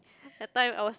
that time I was